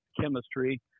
chemistry